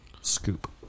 Scoop